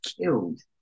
killed